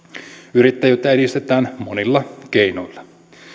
yrittäjyyttä edistetään monilla keinoilla